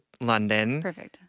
London